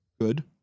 good